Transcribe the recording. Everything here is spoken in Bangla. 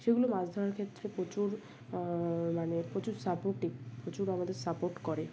সেগুলো মাছ ধরার ক্ষেত্রে প্রচুর মানে প্রচুর সাপোর্টিভ প্রচুর আমাদের সাপোর্ট করে